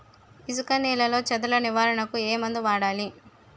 ఇసుక నేలలో చదల నివారణకు ఏ మందు వాడాలి?